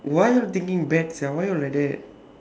why you all thinking bad sia where you all like that